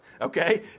okay